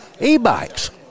e-bikes